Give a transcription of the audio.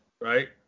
right